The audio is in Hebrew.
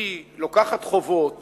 היא לוקחת חובות